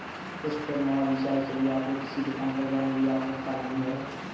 postpaid mobile recharge के लिए आपको किसी दुकान पर जाने की आवश्यकता नहीं है